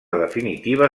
definitiva